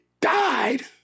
died